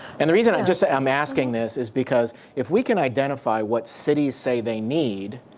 and the reason i'm just, i'm asking this is because, if we can identify what cities say they need.